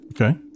Okay